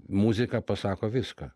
muzika pasako viską